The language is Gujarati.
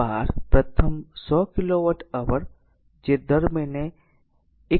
12 પ્રથમ 100 કિલોવોટ અવર જે દર મહિને રૂ